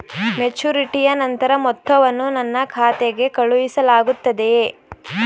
ಮೆಚುರಿಟಿಯ ನಂತರ ಮೊತ್ತವನ್ನು ನನ್ನ ಖಾತೆಗೆ ಕಳುಹಿಸಲಾಗುತ್ತದೆಯೇ?